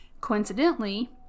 Coincidentally